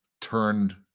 turned